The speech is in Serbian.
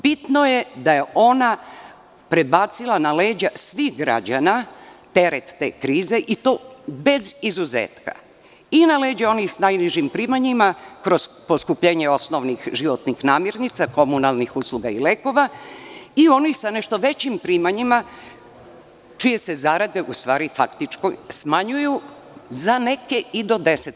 Bitno je da je ona prebacila na leđa svih građana teret te krize i to bez izuzetka, i na leđa onih sa najnižim primanjima kroz poskupljenje osnovnih životnih namirnica, komunalnih usluga i lekova, i onih sa nešto većim primanjima, čije se zarade u stvari smanjuju, za neke i do 10%